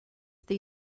they